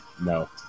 No